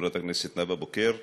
לחברת הכנסת נאוה בוקר.